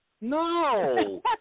No